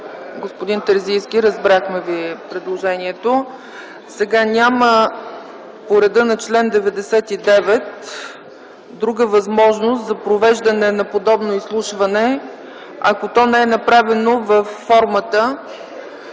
Господин Терзийски, разбрахме предложението Ви. По реда на чл. 99 няма друга възможност за провеждане на подобно изслушване, ако то не е направено във формата,